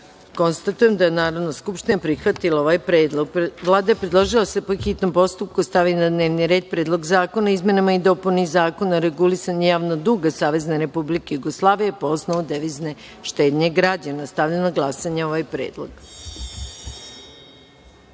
nema. Konstatujem da je Narodna skupština prihvatila ovaj Predlog. Vlada je predložila da se po hitnom postupku stavi na dnevni red Predlog zakona o izmenama i dopunama Zakona o regulisanju javnog duga Savezne Republike Jugoslavije po osnovu devizne štednje građana. Stavljam na glasanje ovaj